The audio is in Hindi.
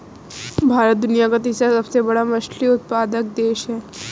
भारत दुनिया का तीसरा सबसे बड़ा मछली उत्पादक देश है